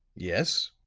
yes?